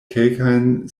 kelkajn